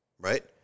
right